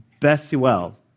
Bethuel